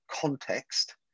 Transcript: context